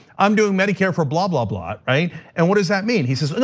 i'm doing medicare for blah, blah, blah, right? and what does that mean? he says, no,